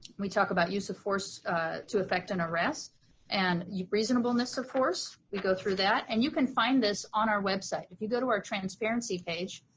we talk about use of force to effect an arrest and reasonableness of force, we go through that and you can find this on our website. if you go to our transparency page,